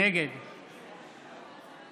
נגד